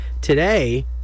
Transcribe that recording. Today